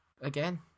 again